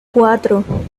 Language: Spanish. cuatro